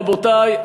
רבותי,